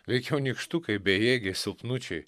veikiau nykštukai bejėgiai silpnučiai